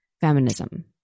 feminism